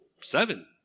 seven